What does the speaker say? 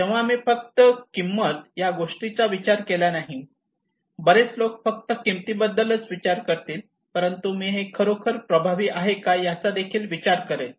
तेव्हा मी फक्त किंमत या गोष्टीचा विचार केला नाही बरेच लोक फक्त किमती बद्दलच विचार करतील परंतु मी हे खरोखर प्रभावी आहे का याचादेखील विचार करेल